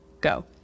go